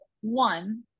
one